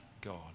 God